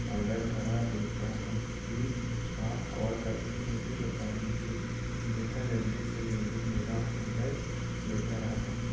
order करा लेता हूँ प्लीज़ आप कॉल करके मुझे बता दीजिए अन्यथा जल्दी से जल्दी मेरा ऑर्डर ले कर आ जाएं